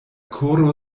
koro